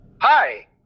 Hi